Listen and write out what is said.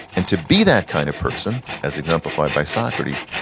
and to be that kind of person, as exemplified by socrates,